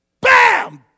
bam